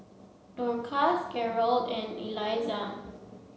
Dorcas Garold and Elizah